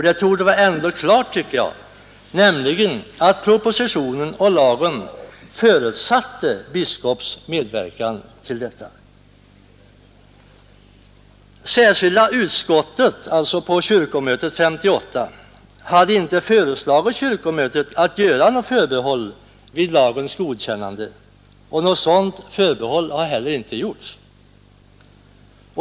Det torde vara helt klart att propositionen och lagen förutsatte biskops medverkan i detta fall. Särskilda utskottet vid 1958 års kyrkomöte hade inte föreslagit kyrkomötet att göra något förbehåll vid lagens godkännande, och något sådant förbehåll har heller inte gjorts.